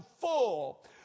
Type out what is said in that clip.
full